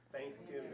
Thanksgiving